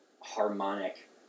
harmonic